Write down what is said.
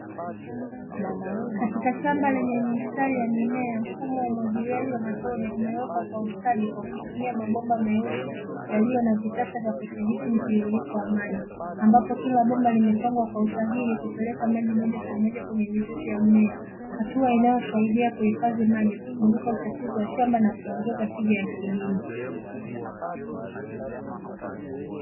Katika shamba lenye mistari ya mimea mfumo wa umwagiliaji wa matone umewekwa kwa ustadi kwa kutumia mabomba meusi yaliyo na vitasa vya kudhibiti mtiririko wa maji, ambapo kila bomba limepangwa kwa usahihi kupeleka maji moja kwa moja kwenye mizizi ya mimea, hatua inayosaidia kuhifadhi maji, kupunguza uchafuzi wa shamba na kuongeza tija ya kilimo.